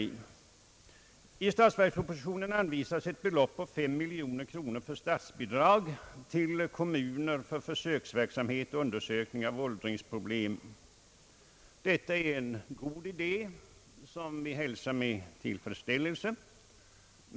I statsverkspropositionen redovisas ett belopp av 5 miljoner kronor i statsbidrag till kommuner för försöksverksamhet och undersökningar rörande åldringsproblem. Detta är en god idé som vi hälsar med tillfredsställelse.